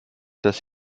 dass